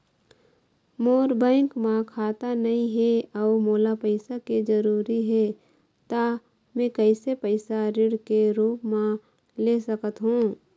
मोर bank म खाता नई हे अउ मोला पैसा के जरूरी हे त मे कैसे पैसा ऋण के रूप म ले सकत हो?